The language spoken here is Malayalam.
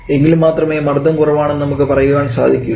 എങ്കിൽ മാത്രമേ മർദ്ദം കുറവാണെന്ന് നമുക്ക് പറയാൻ സാധിക്കുകയുള്ളൂ